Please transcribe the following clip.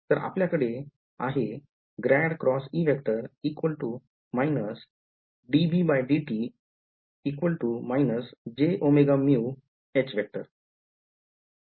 तर आपल्या कडे आहे हे माझे मॅक्सवेल समीकरण आहे